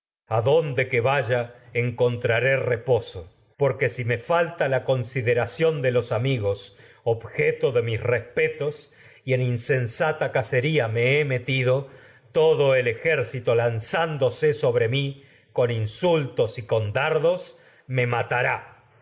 adonde ré que vaya encontra reposo porque si me falta la y considex ación en de los amigos objeto de mis me í espetos insensata cacería con he metido todo el ejército lanzándose sobre mi y con insultos dardos me matará